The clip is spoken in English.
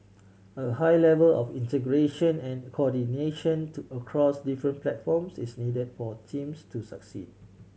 a high level of integration and coordination to across different platforms is needed for teams to succeed